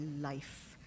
life